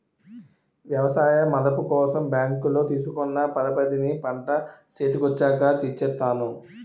ఎవసాయ మదుపు కోసం బ్యాంకులో తీసుకున్న పరపతిని పంట సేతికొచ్చాక తీర్సేత్తాను